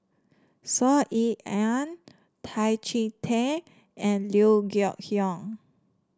Saw Ean Ang Tan Chee Teck and Liew Geok Leong